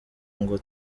ngo